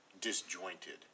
disjointed